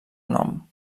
nom